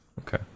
Okay